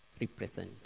represent